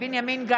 צחי הנגבי,